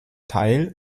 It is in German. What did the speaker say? teil